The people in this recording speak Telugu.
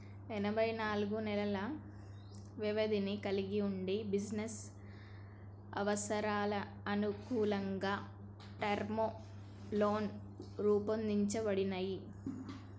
ఎనబై నాలుగు నెలల వ్యవధిని కలిగి వుండి బిజినెస్ అవసరాలకనుగుణంగా టర్మ్ లోన్లు రూపొందించబడినయ్